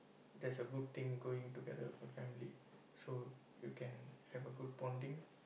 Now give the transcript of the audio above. there's a good thing going together with your family so you can have a good bonding